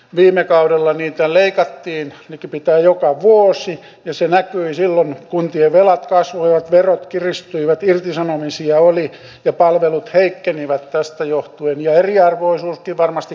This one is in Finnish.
viime kaudella niitä leikattiin likipitäen joka vuosi ja se näkyy silloin kuntien velat kasvoivat hallitusohjelma sisältää poikkeuksellisen vaikean taloustilanteen johdosta suurten rakenne ja eriarvoisuuskin varmasti